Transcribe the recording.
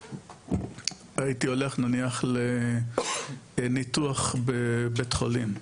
אני הייתי הולך נניח לניתוח בבית חולים,